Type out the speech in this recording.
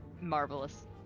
marvelous